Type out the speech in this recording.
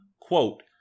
quote